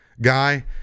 guy –